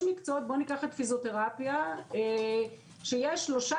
יש מקצועות כמו פיזיותרפיה שיש בה שלושה